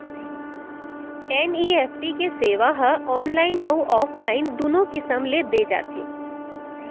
NEFT के सेवा ह ऑनलाइन अउ ऑफलाइन दूनो किसम ले दे जाथे